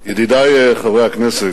תודה לך, ידידי חברי הכנסת,